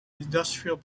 industrial